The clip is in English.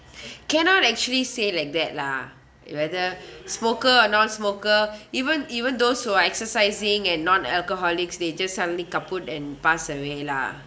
cannot actually say like that lah whether smoker or non-smoker even even those who are exercising and non-alcoholics they just suddenly kaput and pass away lah